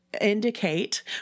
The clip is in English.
indicate